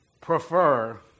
prefer